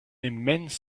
immense